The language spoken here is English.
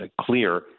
clear